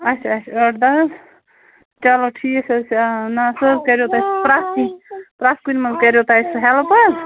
اَچھا اَچھا ٲٹھ دَہ حَظ چلو ٹھیٖک حَظ چھُ نہَ سُہ حَظ کَرو تۄہہِ پرٛتھ کُنہِ پرٛتھ کُنہِ منٛز کَرٮ۪و تۅہہِ ہیلپ حَظ